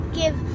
give